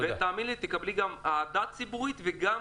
תאמיני לי שתקבלי גם אהדה ציבורית וגם